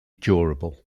durable